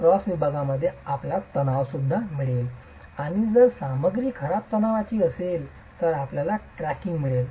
cross विभागामध्ये आपल्याला तणाव मिळेल आणि जर सामग्री खराब तणावाची असेल तर आपणास क्रॅकिंग मिळेल